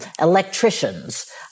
electricians